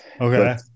Okay